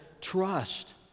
trust